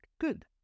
Good